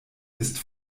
ist